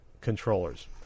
controllers